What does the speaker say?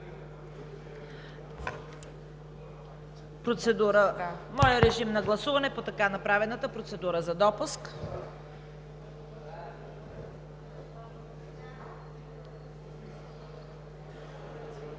Моля, режим на гласуване по така направената процедура за допуск.